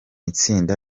itsinda